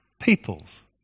peoples